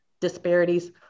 disparities